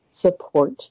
support